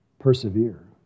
Persevere